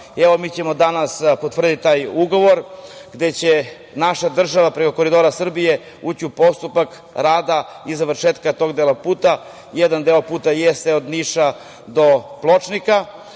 Evo, mi ćemo danas potvrditi taj ugovor gde će naša država, Koridori Srbije ući u postupak rada i završetka tog dela puta. Jedan deo puta jeste od Niša do Pločnika,